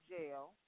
jail